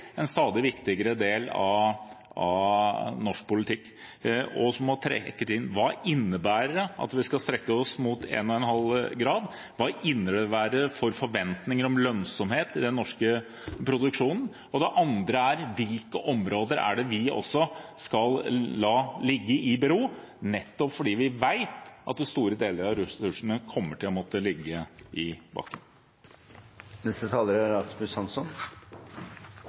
en stadig viktigere del av norsk politikk, og som må trekkes inn. Hva innebærer det at vi skal strekke oss mot 1,5 grader – hva innebærer det for forventninger om lønnsomhet i den norske produksjonen? Og det andre er: Hvilke områder er det vi også skal la ligge i bero, nettopp fordi vi vet at store deler av ressursene kommer til å måtte ligge i